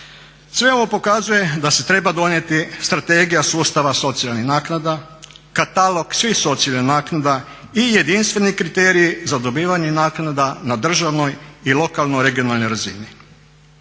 Sve ovo pokazuje da se treba donijeti strategija sustava socijalnih naknada, katalog svih socijalnih naknada i jedinstveni kriterij za dobivanje naknada na državnoj i lokalno regionalnoj razini.